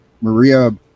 Maria